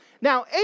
Now